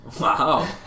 Wow